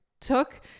took